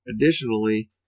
Additionally